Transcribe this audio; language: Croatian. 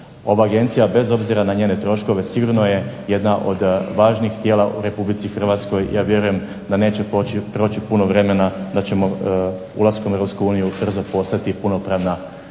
Ova agencija bez obzira na njene troškove, sigurno je jedna od važnih tijela u Republici Hrvatskoj, ja vjerujem da neće proći puno vremena da ćemo ulaskom u Europsku uniju ubrzo postati punopravna